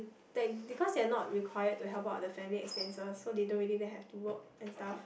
that because they are not required to help out with the family expenses so they don't really have to work and stuff